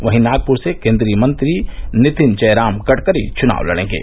वहीं नागपूर से केन्द्रीय मंत्री नितिन जयराम गडकरी चुनाव लड़ेंगे